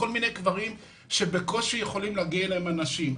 כל מיני קברים שבקושי יכולים להגיע אליהם אנשים.